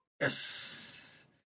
Yes